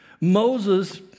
Moses